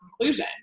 conclusion